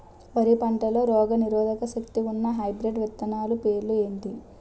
వరి పంటలో రోగనిరోదక శక్తి ఉన్న హైబ్రిడ్ విత్తనాలు పేర్లు ఏంటి?